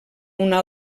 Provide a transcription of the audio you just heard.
una